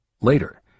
Later